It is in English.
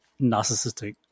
narcissistic